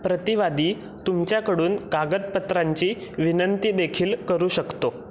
प्रतिवादी तुमच्याकडून कागदपत्रांची विनंती देखील करू शकतो